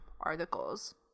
articles